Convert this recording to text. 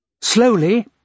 Slowly